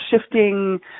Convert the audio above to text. shifting